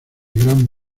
gran